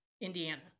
Indiana